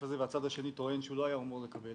והצד השני טוען שהוא לא היה אמור לקבל,